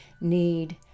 need